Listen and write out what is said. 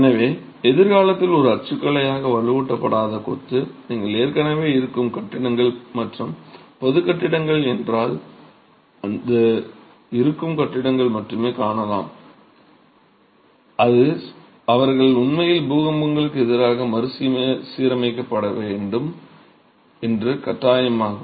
எனவே எதிர்காலத்தில் ஒரு அச்சுக்கலையாக வலுவூட்டப்படாத கொத்து நீங்கள் ஏற்கனவே இருக்கும் கட்டிடங்கள் மற்றும் பொது கட்டிடங்கள் என்றால் இருக்கும் கட்டிடங்கள் மட்டுமே காணலாம் அது அவைகள் உண்மையில் பூகம்பங்களுக்கு எதிராக மறுசீரமைப்பு வேண்டும் என்று கட்டாயமாகும்